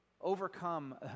overcome